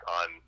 on